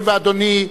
אדוני,